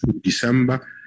December